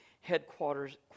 headquarters